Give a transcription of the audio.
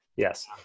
Yes